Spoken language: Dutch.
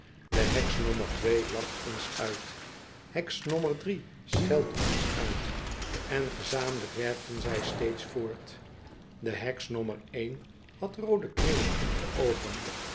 de heks nommer twee lacht ons uit heks nommer drie scheld ons uit en gezamenlijk werkten zij steeds voort de heks nommer een had roode kringen om de oogen